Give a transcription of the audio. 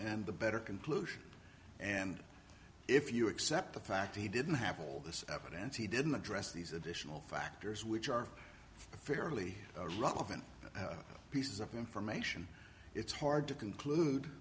and the better conclusion and if you accept the fact he didn't have all this evidence he didn't address these additional factors which are fairly relevant piece of information it's hard to